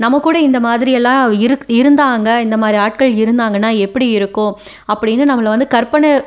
நம்ம கூட இந்த மாதிரியெல்லாம் இருந் இருந்தாங்க இந்த மாதிரி ஆட்கள் இருந்தாங்கனா எப்படி இருக்கும் அப்படின்னு நம்மளை வந்து கற்பனை